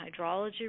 hydrology